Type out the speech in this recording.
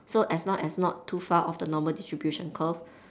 so as long as not too far off the normal distribution curve